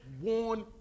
one